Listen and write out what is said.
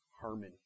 harmony